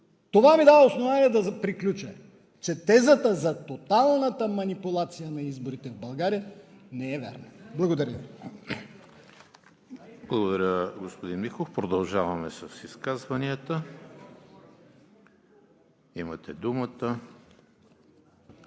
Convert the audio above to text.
Това ми дава основание да заключа, че тезата за тоталната манипулация на изборите в България не е вярна. Благодаря Ви. ПРЕДСЕДАТЕЛ ЕМИЛ ХРИСТОВ: Благодаря, господин Михов. Продължаваме с изказванията. Имате думата.